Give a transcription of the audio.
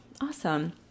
Awesome